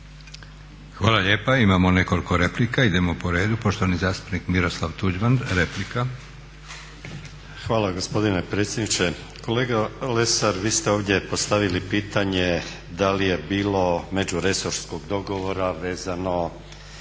Hvala lijepa. Imamo nekoliko replika. Idemo po redu. Poštovani zastupnik Miroslav Tuđman replika. **Tuđman, Miroslav (HDZ)** Hvala gospodine predsjedniče. Kolega Lesar, vi ste ovdje postavili pitanje da li je bilo međuresorskog dogovora vezano